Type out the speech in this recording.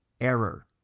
error